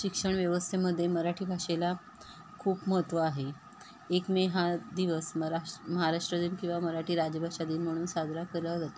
शिक्षण व्यवस्थेमध्ये मराठी भाषेला खूप महत्त्व आहे एक मे हा दिवस मराश महाराष्ट्र दिन किंवा मराठी राज्यभाषा दिन म्हणून साजरा केला जातो